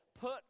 put